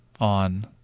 on